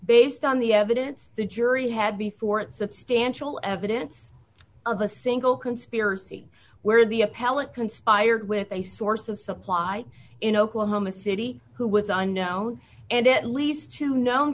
based on the evidence the jury had before it substantial evidence of a single conspiracy where the appellant conspired with a source of supply in oklahoma city who was unknown and at least two known